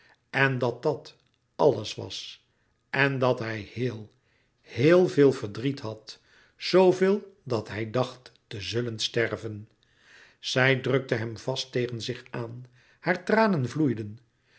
en dat dat alles was en dat hij heel heel veel verdriet had zooveel dat hij dacht te zullen sterven zij drukte hem vast tegen zich aan haar tranen vloeiden